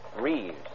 Reeves